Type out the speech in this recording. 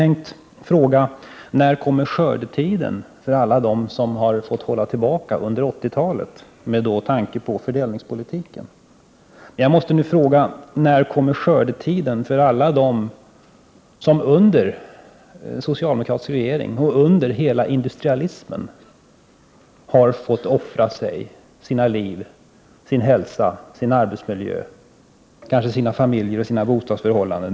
När kommer skördetiden för alla dem som har fått hålla tillbaka under 80-talet med tanke på fördelningspolitiken? När kommer skördetiden för alla dem som under det socialdemokratiska regeringsinnehavet och under hela industrialismen har fått offra sig, sina liv, sin hälsa, sin arbetsmiljö, kanske sina familjer och sina bostadsförhållanden?